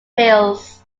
pills